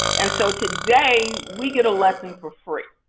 and so today we get a lesson for free.